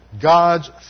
God's